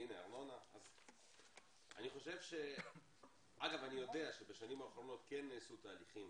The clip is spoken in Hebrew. אני יודע שבשנים האחרונות כן נעשו תהליכים